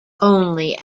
only